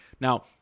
Now